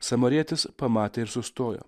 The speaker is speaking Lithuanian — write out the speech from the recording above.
samarietis pamatė ir sustojo